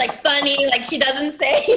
like funny. like, she doesn't say,